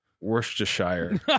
Worcestershire